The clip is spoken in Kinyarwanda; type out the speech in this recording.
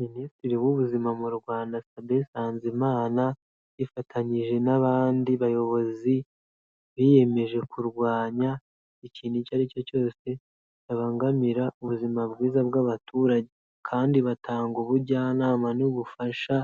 Minisitiri w'Ubuzima mu Rwanda Sabin Nsanzimana, yifatanyije n'abandi bayobozi biyemeje kurwanya ikintu icyo ari cyo cyose cyabangamira ubuzima bwiza bw'abaturage, kandi batanga ubujyanama n'ubufasha